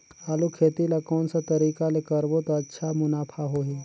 आलू खेती ला कोन सा तरीका ले करबो त अच्छा मुनाफा होही?